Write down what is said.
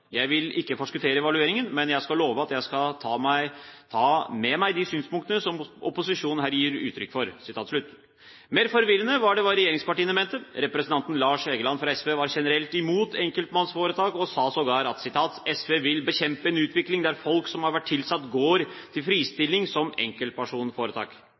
Jeg vil ikke forskuttere evalueringen, men jeg skal love at jeg også skal ta med meg de synspunktene» – som opposisjonen her gir uttrykk for. Mer forvirrende var det hva regjeringspartiene mente: Representanten Lars Egeland fra SV var generelt imot enkeltpersonforetak og sa sågar at SV vil «bekjempe en utvikling der folk som har vært tilsatte, går til